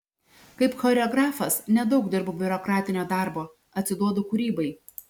kaip choreografas nedaug dirbu biurokratinio darbo atsiduodu kūrybai